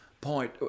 point